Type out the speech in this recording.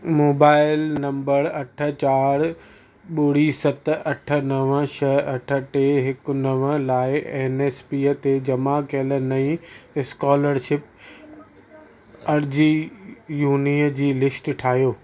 mobile number अठ चारि ॿुड़ी सत अठ नव छह अठ टे हिकु नव लाइ एनएसपीअ ते जमा कयल नईं स्कोलरशिप अर्ज़ियुनी जी लिस्ट ठाहियो